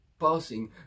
passing